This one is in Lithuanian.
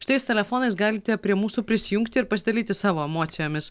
šitais telefonais galite prie mūsų prisijungti ir pasidalyti savo emocijomis